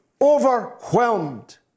overwhelmed